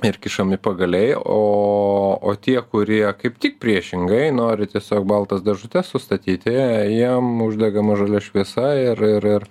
ir kišami pagaliai o tie kurie kaip tik priešingai nori tiesiog baltas dėžutes sustatyti jiem uždegama žalia šviesa ir ir